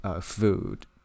food